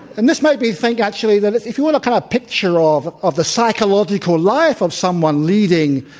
and this made me think actually that if if you want a kind of picture ah of of the psychological life of someone leading,